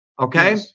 Okay